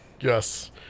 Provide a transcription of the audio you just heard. yes